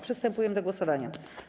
Przystępujemy do głosowania.